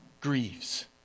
grieves